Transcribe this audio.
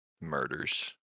murders